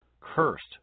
Cursed